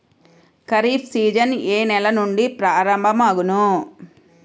Kharif season ఏ నెల నుండి ప్రారంభం అగును?